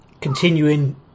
continuing